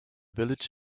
village